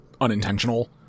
unintentional